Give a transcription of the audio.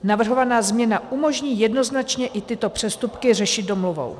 Navrhovaná změna umožní jednoznačně i tyto přestupky řešit domluvou.